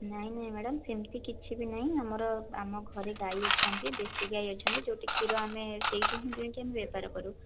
ନାଇଁ ନାଇଁ ମାଡ଼ାମ ସେମିତି କିଛି ବି ନାହିଁ ଆମର ଆମ ଘରେ ଗାଈ ଅଛନ୍ତି ଦେଶୀଗାଈ ଅଛନ୍ତି ଯେଉଁଟି କ୍ଷୀର ଆମେ ସେହିଠୁ ହିଁ ଦୁଇଁକି ଆମେ ବେପାର କରୁ